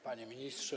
Panie Ministrze!